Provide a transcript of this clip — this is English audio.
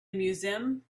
museum